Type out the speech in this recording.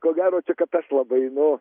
ko gero tik kad aš labai nu